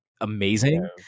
amazing